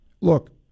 look